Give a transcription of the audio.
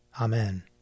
Amen